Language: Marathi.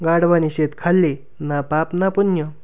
गाढवानी शेत खाल्ली ना पाप ना पुण्य